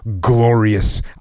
glorious